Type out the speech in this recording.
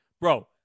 Bro